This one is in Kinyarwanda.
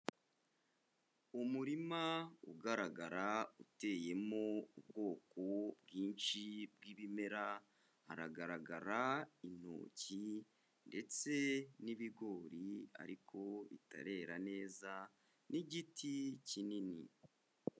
Umurima ugaragara uteyemo ubwoko bwinshi bw'ibimera, haragaragara intoki ndetse n'ibigori ariko bitarera neza n'igiti kinini.